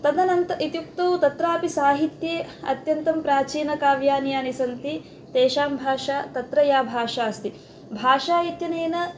तदनन्तरं इत्युक्तौ तत्रापि साहित्ये अत्यन्तं प्राचीनकाव्यानि यानि सन्ति तेषां भाषा तत्र या भाषा अस्ति भाषा इत्यनेन